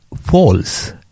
false